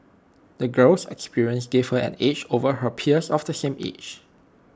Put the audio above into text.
the girl's experiences gave her an edge over her peers of the same age